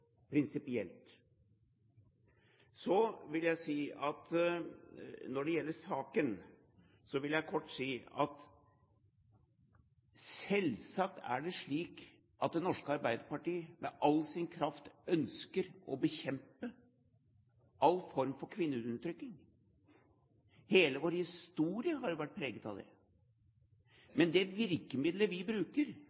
Når det gjelder saken, vil jeg kort si at selvsagt er det slik at Det norske Arbeiderparti med all sin kraft ønsker å bekjempe all form for kvinneundertrykking. Hele vår historie har jo vært preget av det.